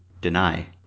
deny